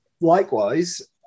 likewise